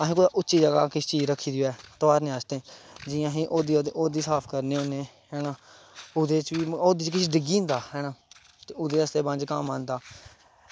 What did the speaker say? असैं उच्ची जगह किश चीज रक्खी दी होऐ तोआरने आस्तै जि'यां अस औह्दी साफ करने होन्ने हैना औह्दे च किश डिग्गी जंदा हैना ते ओह्दे आस्तै बंज कम्म आंदा